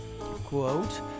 Quote